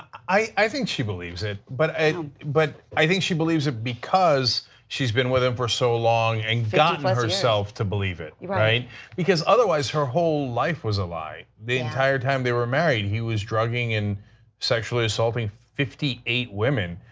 i i think she believes it but i but i think she believes it because she has been with him for so long and gotten herself to believe it. because otherwise her whole life was alive, the entire time they were married he was drugging and sexually assaulting fifty eight women.